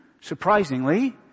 surprisingly